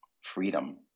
freedom